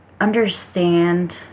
understand